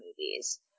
movies